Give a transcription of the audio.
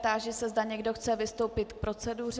Táži se, zda někdo chce vystoupit k proceduře.